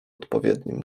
odpowiednim